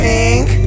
Pink